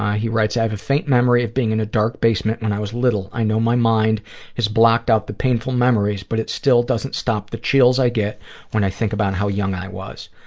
he writes, i have a faint memory of being in a dark basement when i was little. i know my mind has blocked out the painful memories, but it still doesn't stop the chills i get when i think about how young i was.